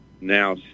now